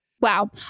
Wow